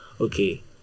okay